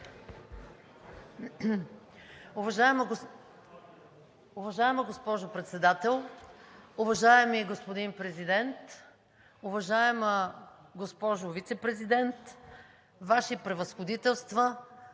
Уважаема госпожо Председател, уважаеми господин Президент, уважаема госпожо Вицепрезидент, Ваши превъзходителства,